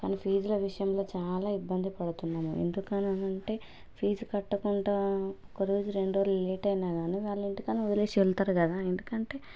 కానీ ఫీజుల విషయంలో చాలా ఇబ్బంది పడుతున్నాము ఎందుకు అని అంటే ఫీజు కట్టకుండా ఒకరోజు రెండు రోజు లేట్ అయినా గానీ వాళ్ళు ఇంటికని వదిలేసి వెళ్తారు కదా ఎందుకంటే